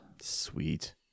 Sweet